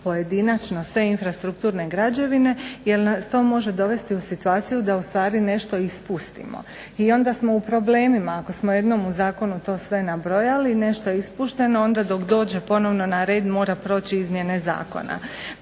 pojedinačno sve infrastrukturne građevine jer nas to može dovesti u situaciju da u stvari ispustimo. I onda smo u problemima. Ako smo jednom u zakonu to sve nabrojali, nešto je ispušteno. Onda dok dođe ponovno na red mora proći izmjene zakona,